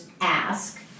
ask